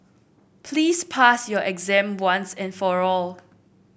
please pass your exam once and for all